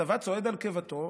הצבא צועד על קיבתו,